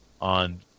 on